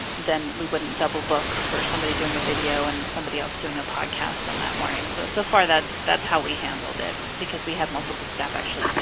then we wouldn't double book for somebody doing a video and somebody else doing a podcast on that morning. so so far, that's that's how we handled it because we have multiple staff actually